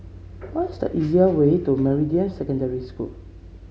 what is the easier way to Meridian Secondary School